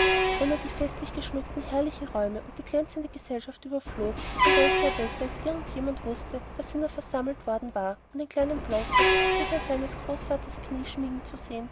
wenn er die festlich geschmückten herrlichen räume und die glänzende gesellschaft überflog von welcher er besser als irgend jemand wußte daß sie nur versammelt worden war um den kleinen blondkopf sich an seines großvaters knie schmiegen zu sehen